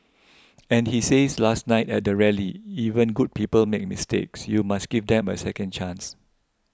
and he says last night at the rally even good people make mistakes you must give them a second chance